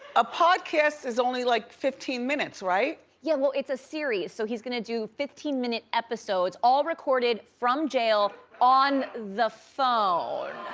a podcast is only like fifteen minutes, right? yeah, well it's a series. so he's gonna do fifteen minute episodes, all recorded from jail on the phone.